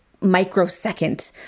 microsecond